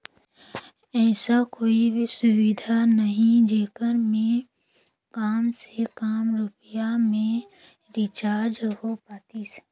ऐसा कोई सुविधा नहीं जेकर मे काम से काम रुपिया मे रिचार्ज हो पातीस?